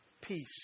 Peace